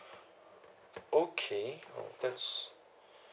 okay that's